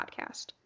podcast